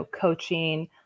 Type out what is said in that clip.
coaching